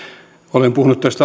olen puhunut